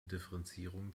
differenzierung